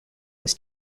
was